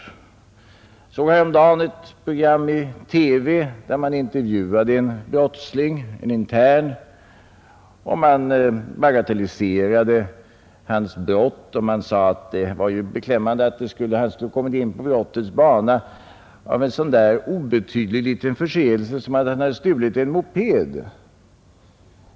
Jag såg häromdagen ett TV-program, där man intervjuade en intern. Man bagatelliserade hans brott och sade att det var ju beklämmande att han hade kommit in på brottets bana på grund av en sådan obetydlig förseelse som att ha stulit en moped.